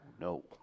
no